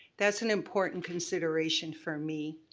that's an important consideration for me.